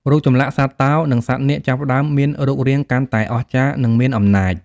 រូបចម្លាក់សត្វតោ និងសត្វនាគ ចាប់ផ្តើមមានរូបរាងកាន់តែអស្ចារ្យ និងមានអំណាច។